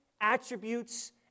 attributes